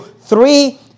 three